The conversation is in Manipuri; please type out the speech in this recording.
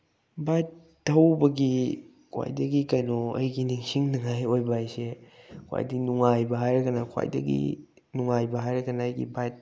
ꯕꯥꯏꯛ ꯊꯧꯕꯒꯤ ꯈ꯭ꯋꯥꯏꯗꯒꯤ ꯀꯩꯅꯣ ꯑꯩꯒꯤ ꯅꯤꯡꯁꯤꯡ ꯅꯤꯡꯉꯥꯏ ꯑꯣꯏꯕ ꯍꯥꯏꯁꯦ ꯈ꯭ꯋꯥꯏꯗꯒꯤ ꯅꯨꯡꯉꯥꯏꯕ ꯍꯥꯏꯔꯒꯅ ꯈ꯭ꯋꯥꯏꯗꯒꯤ ꯅꯨꯡꯉꯥꯏꯕ ꯍꯥꯏꯔꯒꯅ ꯑꯩꯒꯤ ꯕꯥꯏꯛ